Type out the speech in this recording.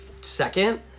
second